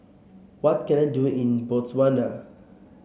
what can I do in Botswana